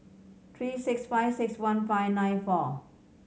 three six five six one five nine four